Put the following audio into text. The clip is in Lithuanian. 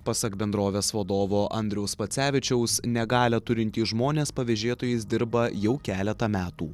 pasak bendrovės vadovo andriaus pacevičiaus negalią turintys žmonės pavėžėtojais dirba jau keletą metų